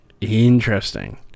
interesting